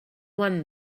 won